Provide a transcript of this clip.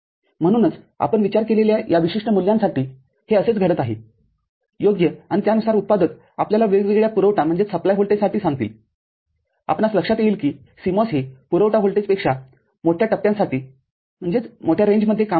म्हणूनच आपण विचार केलेल्या या विशिष्ट मूल्यांसाठी हे असेच घडत आहे योग्य आणि त्यानुसारउत्पादक आपल्याला वेगवेगळ्या पुरवठा व्होल्टेजसाठी सांगतील आपणास लक्षात येईल की CMOS हे पुरवठा व्होल्टेजेसच्या मोठ्या टप्प्यासाठी काम करते